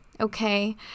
okay